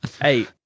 Hey